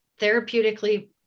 therapeutically